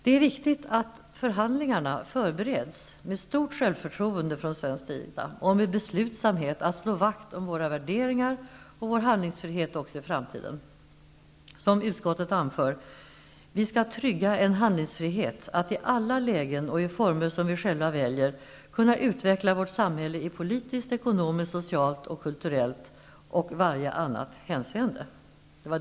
Det är viktigt att förhandlingarna förbereds med stort självförtroende från svensk sida och med beslutsamhet att slå vakt om våra värderingar och vår handlingsfrihet också i framtiden. Som utskottet anför: Vi skall trygga en handlingsfrihet att i alla lägen och i former som vi själva väljer kunna utveckla vårt samhälle i politiskt, ekonomiskt, socialt, kulturellt och varje annat hänseende.